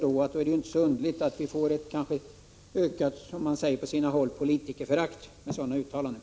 Det är inte så underligt om vi — som det sägs på olika håll — kanske får ett ökat politikerförakt när man kan göra sådana uttalanden.